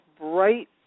bright